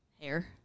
Hair